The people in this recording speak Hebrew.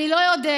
אני לא יודע.